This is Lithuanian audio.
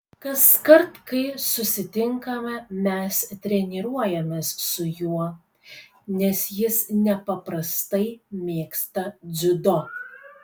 kaskart kai susitinkame mes treniruojamės su juo nes jis nepaprastai mėgsta dziudo